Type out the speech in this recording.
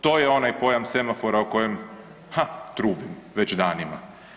To je onaj pojam semafora o kojem ha trubim već danima.